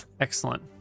Excellent